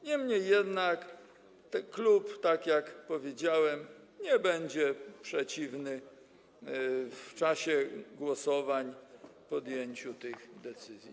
Niemniej jednak klub - tak jak powiedziałem - nie będzie przeciwny w czasie głosowań podjęciu tych decyzji.